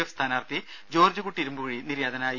F സ്ഥാനാർത്ഥി ജോർജുകുട്ടി ഇരുമ്പുകുഴി നിര്യാതനായി